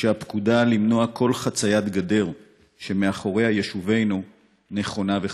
והפקודה למנוע כל חציית גדר שמאחוריה יישובינו נכונה וחשובה.